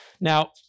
Now